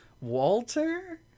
Walter